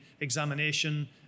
examination